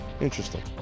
Interesting